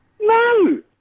No